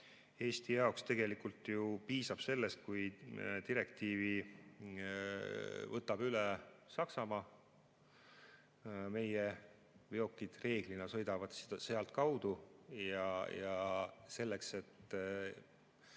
Eesti jaoks tegelikult ju piisab sellest, kui direktiivi võtab üle Saksamaa. Meie veokid reeglina sõidavad sealtkaudu ja selleks, et